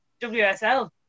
WSL